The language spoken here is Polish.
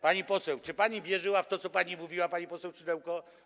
Pani poseł, czy pani wierzyła w to, co pani mówiła, pani poseł Szydełko?